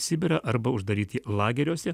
sibirą arba uždaryti lageriuose